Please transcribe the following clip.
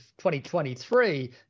2023